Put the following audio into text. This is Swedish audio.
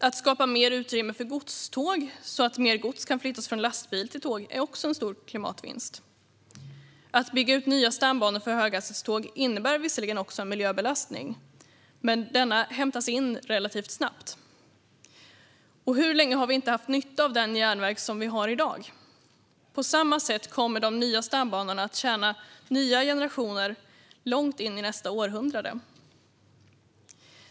Att skapa mer utrymme för godståg så att mer gods kan flyttas från lastbil till tåg är också en stor klimatvinst. Att bygga ut nya stambanor för höghastighetståg innebär visserligen en miljöbelastning, men denna hämtas in relativt snabbt. Och hur länge har vi inte haft nytta av den järnväg som vi har i dag? På samma sätt kommer de nya stambanorna att tjäna nya generationer långt in i nästa århundrade.